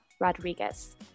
Rodriguez